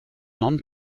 non